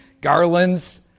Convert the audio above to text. garlands